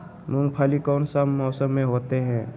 मूंगफली कौन सा मौसम में होते हैं?